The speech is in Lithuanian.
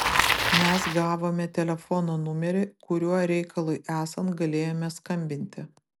mes gavome telefono numerį kuriuo reikalui esant galėjome skambinti